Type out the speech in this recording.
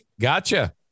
Gotcha